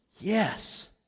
yes